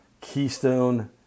Keystone